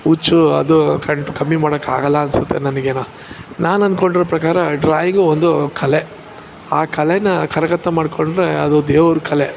ಹುಚ್ಚು ಅದು ಕಂಟ್ ಕಮ್ಮಿ ಮಾಡೋಕ್ಕಾಗಲ್ಲ ಅನಿಸುತ್ತೆ ನನಗೇನೊ ನಾನೆಂದ್ಕೊಂಡಿರೊ ಪ್ರಕಾರ ಡ್ರಾಯಿಂಗ್ ಒಂದು ಕಲೆ ಆ ಕಲೆನ ಕರಗತ ಮಾಡಿಕೊಂಡ್ರೆ ಅದು ದೇವ್ರ ಕಲೆ